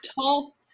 tall